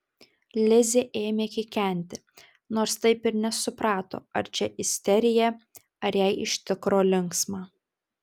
lizė ėmė kikenti nors taip ir nesuprato ar čia isterija ar jai iš tikro linksma